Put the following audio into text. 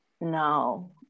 No